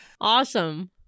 Awesome